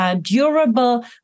durable